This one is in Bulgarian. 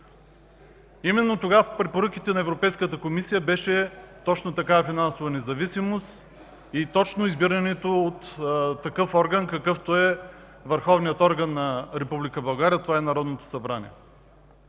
пакет. Тогава препоръката на Европейската комисия беше точно такава финансова независимост и точно избирането от такъв орган, какъвто е върховният орган на Република България – Народното събрание.